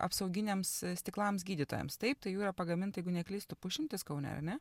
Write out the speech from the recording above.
apsauginiams stiklams gydytojams taip tai jų yra pagaminta jeigu neklystu pusšimtis kaune ar ne